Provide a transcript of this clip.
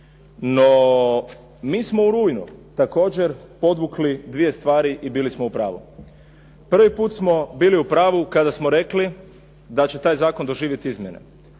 No, mi smo u rujnu također podvukli dvije stvari i bili smo u pravu. Prvi puta smo bili u pravu kada smo rekli da će taj zakon doživjeti izmjene.